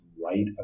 right